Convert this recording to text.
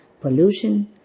pollution